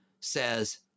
says